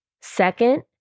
Second